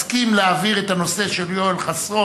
אני מסכים להעביר את הנושא של יואל חסון